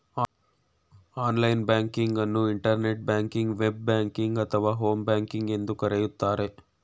online banking ಅನ್ನು internet ಬ್ಯಾಂಕಿಂಗ್ವೆ, ಬ್ ಬ್ಯಾಂಕಿಂಗ್ ಅಥವಾ ಹೋಮ್ ಬ್ಯಾಂಕಿಂಗ್ ಎಂದು ಕರೆಯುತ್ತಾರೆ